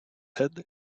head